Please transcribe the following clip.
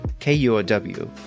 KUOW